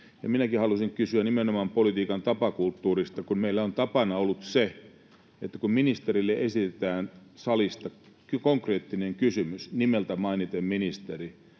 Minäkin haluaisin kysyä nimenomaan politiikan tapakulttuurista, kun meillä on tapana ollut se, että kun ministerille esitetään salista konkreettinen kysymys, nimeltä mainiten ministeri,